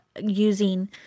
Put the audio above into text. using